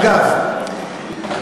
אגב,